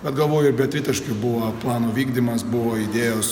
bet galvoju ir be tritaškių buvo plano vykdymas buvo idėjos